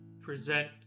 present